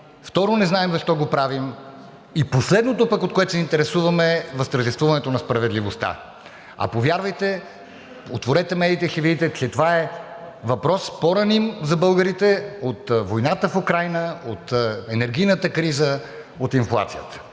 второ, не знаем защо го правим и последното, от което се интересуваме, е възтържествуването на справедливостта. А повярвайте – отворете медиите и ще видите, че това е въпрос по-раним за българите от войната в Украйна, от енергийната криза, от инфлацията.